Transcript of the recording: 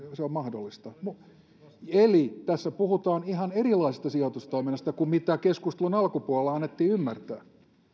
se on mahdollista eli tässä puhutaan ihan erilaisesta sijoitustoiminnasta kuin mitä keskustelun alkupuolella annettiin ymmärtää